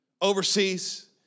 overseas